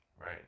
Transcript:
right